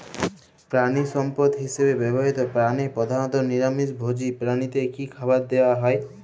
প্রাণিসম্পদ হিসেবে ব্যবহৃত প্রাণী প্রধানত নিরামিষ ভোজী প্রাণীদের কী খাবার দেয়া হয়?